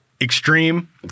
extreme